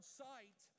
sight